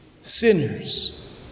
sinners